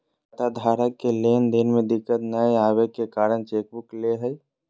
खाताधारक के लेन देन में दिक्कत नयय अबे के कारण चेकबुक ले हइ